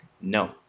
No